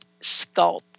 sculpt